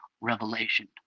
revelation